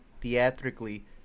theatrically